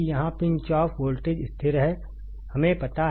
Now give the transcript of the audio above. यहां pinch off voltage स्थिर है हमें पता है